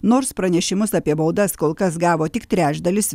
nors pranešimus apie baudas kol kas gavo tik trečdalis